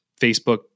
Facebook